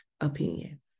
opinion